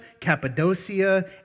Cappadocia